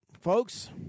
Folks